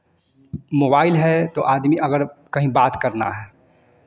mobile है तो आदमी अगर कहीं बात करना है